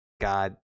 god